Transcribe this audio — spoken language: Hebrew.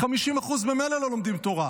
50% ממילא לא לומדים תורה.